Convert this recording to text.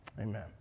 Amen